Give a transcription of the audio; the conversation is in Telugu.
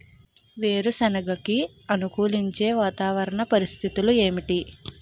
వేరుసెనగ కి అనుకూలించే వాతావరణ పరిస్థితులు ఏమిటి?